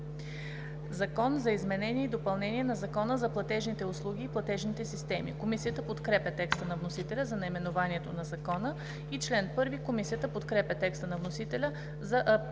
„Закон за изменение и допълнение на Закона за платежните услуги и платежните системи“." Комисията подкрепя текста на вносителя за наименованието на закона. Комисията подкрепя текста на вносителя за